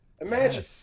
Imagine